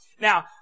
Now